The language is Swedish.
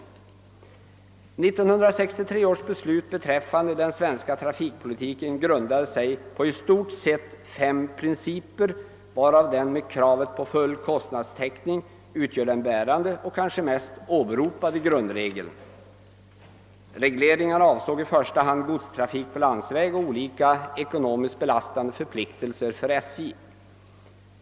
1963 års beslut beträffande den svenska trafikpolitiken grundade sig på i stort sett fem principer, varav den rörande kravet på full kostnadstäckning utgör den bärande och oftast åberopade grundregeln. Regleringarna avsåg i första hand godstrafik på landsväg och olika ekonomiskt belastande förpliktelser för SJ.